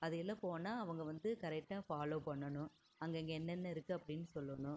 அதுயெல்லாம் போனால் அவங்க வந்து கரெக்டாக ஃபாலோ பண்ணணும் அங்கங்கே என்னென்ன இருக்கு அப்படின்னு சொல்லணும்